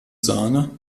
sahne